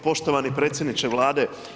Poštovani predsjedniče Vlade.